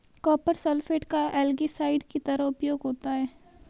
copper sulphate का algicide की तरह उपयोग होता है